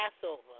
Passover